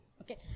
Okay